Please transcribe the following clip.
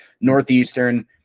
Northeastern